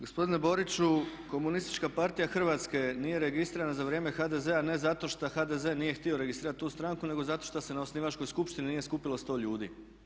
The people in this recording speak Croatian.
Gospodine Boriću Komunistička partija Hrvatske nije registrirana za vrijeme HDZ-a ne zato što HDZ nije htio registrirati tu stranku nego zato što se na osnivačkoj skupini nije skupilo 100 ljudi.